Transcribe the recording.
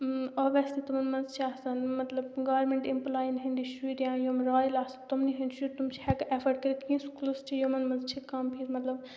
obviously تِمَن منٛز چھِ آسان مطلب گارمٮ۪نٛٹ اٮ۪مپٕلایَن ہٕنٛدِ شُرۍ یا یِم رایِل آسَن تِمنٕے ہٕنٛدۍ شُرۍ تِم چھِ ہٮ۪کان اٮ۪فٲڈ کٔرِتھ کِہیٖنۍ سکوٗلٕز چھِ یِمَن منٛز چھِ کَم فیٖس مطلب